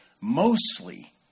mostly